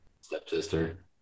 stepsister